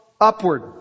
upward